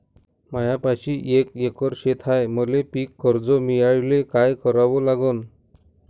मायापाशी एक एकर शेत हाये, मले पीककर्ज मिळायले काय करावं लागन?